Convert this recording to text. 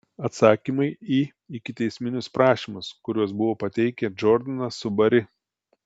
atsakymai į ikiteisminius prašymus kuriuos buvo pateikę džordanas su bari